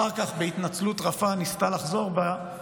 אחר כך בהתנצלות רפה ניסתה לחזור בה,